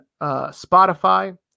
Spotify